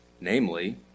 namely